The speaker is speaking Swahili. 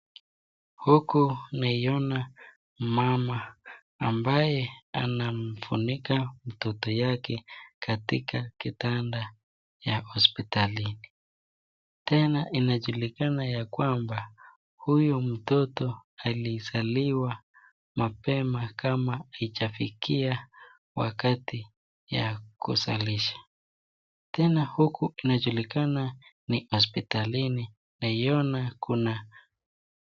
Huku naona mama ambaye anamfunika mtoto yake katika kitanda ya hospitalini. Tena inajulikana ya kwamba huyu mtoto alizaliwa mapema kama haijafikia wakati ya kuzalisha. Tena huku inajulikana ni hospitalini, naiona kuna.